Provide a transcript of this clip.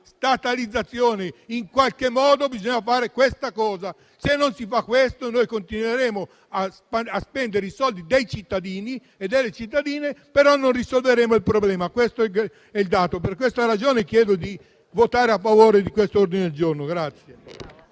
statalizzazione. In qualche modo bisogna fare questa cosa; se non lo si fa, continueremo a spendere i soldi dei cittadini e delle cittadine, però non risolveremo il problema. Per questa ragione chiedo di votare a favore dell'ordine del giorno G2.5.